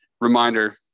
reminder